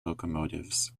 locomotives